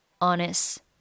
Honest